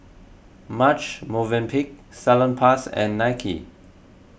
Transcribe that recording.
Marche Movenpick Salonpas and Nike